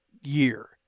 year